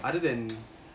other than